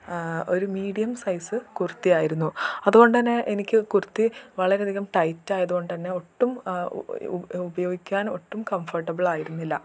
ഒരു medium size kurti ആയിരുന്നു അതു കൊണ്ടു തന്നെ എനിക്ക് കുർത്തി വളരെ അധികം ടൈറ്റായതു കൊണ്ടു തന്നെ ഒട്ടും ഉപയോഗിക്കാൻ ഒട്ടും കംഫോർട്ടബിൾ ആയിരുന്നില്ല